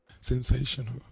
Sensational